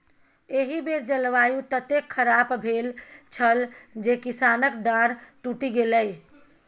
एहि बेर जलवायु ततेक खराप भेल छल जे किसानक डांर टुटि गेलै